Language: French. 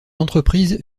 entreprise